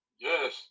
Yes